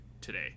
today